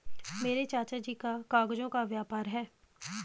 मेरे चाचा जी का कागजों का व्यापार है